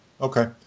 okay